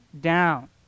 down